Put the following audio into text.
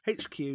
HQ